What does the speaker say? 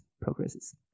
progresses